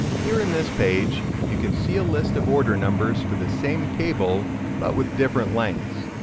here in this page you can see a list of order numbers for the same cable but with different lengths.